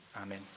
Amen